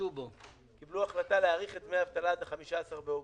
קיבלו החלטה להאריך את דמי האבטלה עד ה-15 באוגוסט.